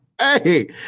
Hey